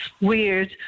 weird